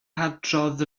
hadrodd